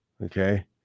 Okay